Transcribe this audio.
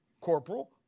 corporal